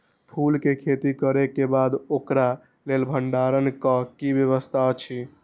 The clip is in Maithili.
फूल के खेती करे के बाद ओकरा लेल भण्डार क कि व्यवस्था अछि?